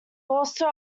also